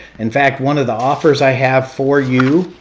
in fact, one of the offers i have for you